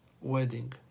wedding